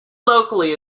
locally